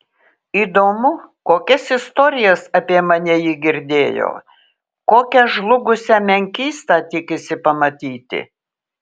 įdomu kokias istorijas apie mane ji girdėjo kokią žlugusią menkystą tikisi pamatyti